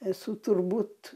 esu turbūt